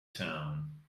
town